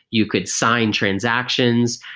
you could sign transactions,